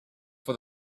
for